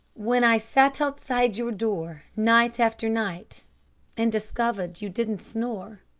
when i sat outside your door night after night and discovered you didn't snore,